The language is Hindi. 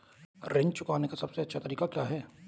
ऋण चुकाने का सबसे अच्छा तरीका क्या है?